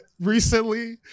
recently